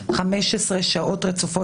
אין שעות כניסה ויציאה של ניהול של משקיף.